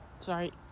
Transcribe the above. sorry